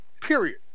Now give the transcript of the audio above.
Period